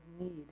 need